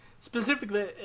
Specifically